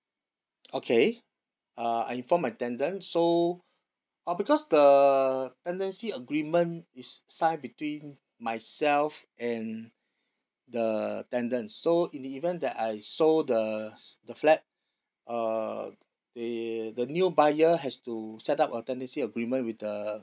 okay uh I inform my tenant so uh because the tendency agreement is signed between myself and the tenants so in the event that I sold the s~ the flat uh the the new buyer has to set up a tendency agreement with the